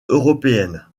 européenne